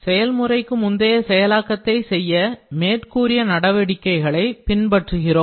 செயல்முறைக்கு முந்தைய செயலாக்கத்தை செய்ய மேற்கூறிய நடவடிக்கைகளை பின்பற்றுகிறோம்